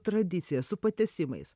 tradicija su patęsimais